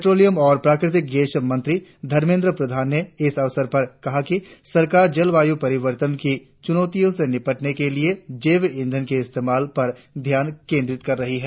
petroleum और प्राकृतिक gas मंत्री धर्मेद्र प्रधान ने इस अवसर पर कहा कि सरकार जलवायु परिवर्तन की चुनौतियों से निपटने के लिए जैव ईधन के हस्तेमाल पर ध्यान केंटित कर रही है